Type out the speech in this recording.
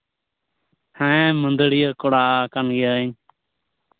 ᱦᱮᱸ ᱢᱟᱹᱫᱟᱹᱲᱤᱭᱟᱹ ᱠᱚᱲᱟ ᱠᱟᱱ ᱜᱤᱭᱟᱹᱧ